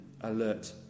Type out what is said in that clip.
alert